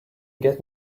get